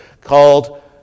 called